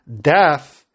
death